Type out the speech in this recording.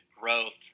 growth